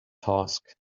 task